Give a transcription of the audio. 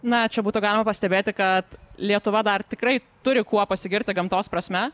na čia būtų galima pastebėti kad lietuva dar tikrai turi kuo pasigirti gamtos prasme